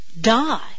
die